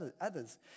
others